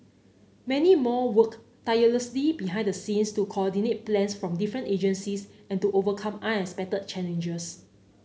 many more worked tirelessly behind the scenes to coordinate plans from different agencies and to overcome unexpected challenges